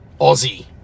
Aussie